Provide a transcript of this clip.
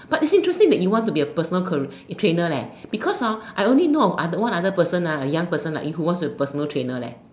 but is interesting that you want to be a personal career trainer leh because hor I only know of other one other person ah a young person like you who wants to personal trainer leh